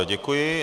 Děkuji.